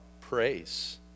praise